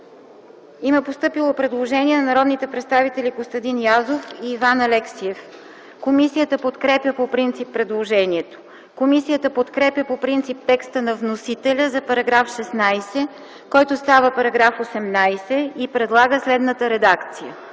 предложението. Предложение от народните представители Костадин Язов и Иван Алексиев. Комисията подкрепя предложението. Комисията подкрепя по принцип текста на вносителя за § 15, който става § 17, и предлага следната редакция: